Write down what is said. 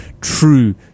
true